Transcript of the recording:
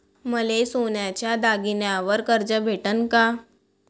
मले सोन्याच्या दागिन्यावर कर्ज भेटन का?